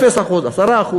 0%, 10%,